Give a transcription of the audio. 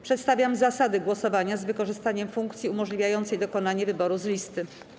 Przedstawiam zasady głosowania z wykorzystaniem funkcji umożliwiającej dokonanie wyboru z listy.